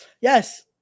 Yes